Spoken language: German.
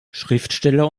schriftsteller